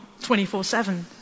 24-7